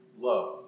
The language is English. love